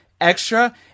Extra